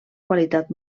qualitat